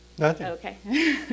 Okay